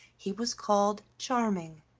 he was called charming,